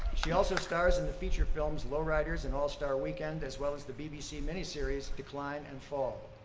she also stars in the feature films lowriders, in all-star weekend, as well as the bbc miniseries decline and fall.